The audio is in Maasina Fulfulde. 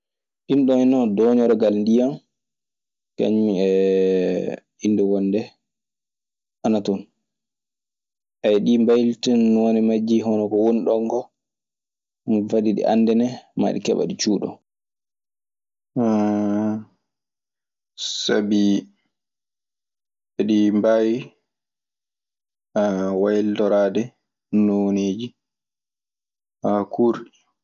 Ɗun ɗoon non dooñorgal ndiyan kañun e innde wonde ana ton. ɗii mbaylitol majji, hono ko woni ɗon koo, ɗun fati ɗi anndanee maa ɗi keɓa ɗi cuuɗoo. Sabii eɗi mbaawi waylitoraade nooneeji faa kuurɗi.